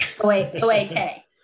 O-A-K